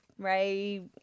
Ray